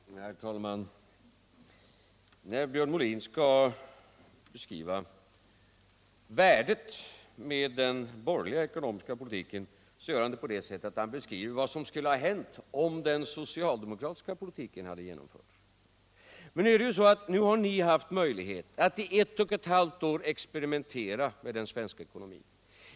Herr talman! När Björn Molin skall beskriva den borgerliga ekonomiska politikens värde gör han på det sättet att han beskriver vad som skulle ha hänt om den socialdemokratiska politiken hade genomförts. Men nu har ni ju under ett och ett halvt år haft möjligheter att experimentera med den svenska ckonomin.